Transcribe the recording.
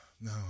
No